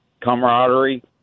camaraderie